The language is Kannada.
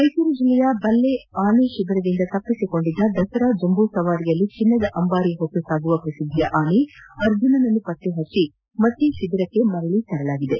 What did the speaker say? ಮೈಸೂರು ಜಿಲ್ಲೆಯ ಬಲ್ಲೆ ಆನೆ ಶಿಬಿರದಿಂದ ತಪ್ಪಿಸಿಕೊಂಡಿದ್ದ ದಸರಾ ಜಂಬೂಸವಾರಿಯಲ್ಲಿ ಚಿನ್ನದ ಅಂಬಾರಿ ಹೊತ್ತು ಸಾಗುವ ಪ್ರಸಿದ್ಧಿಯ ಆನೆ ಅರ್ಜುನನ್ನು ಪತ್ತೆಹಚ್ಚಿ ಮತ್ತೆ ಶಿಬಿರಕ್ಕೆ ಮರಳಿ ತರಲಾಗಿದೆ